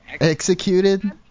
Executed